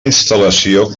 instal·lació